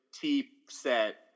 T-set